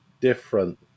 different